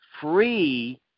free